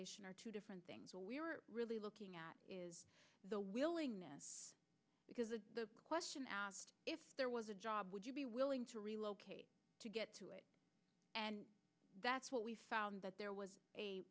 on are two different things and we were really looking at is the willingness because the question asked if there was a job would you be willing to relocate to get to it and that's what we found that there was a